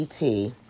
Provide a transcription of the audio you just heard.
ET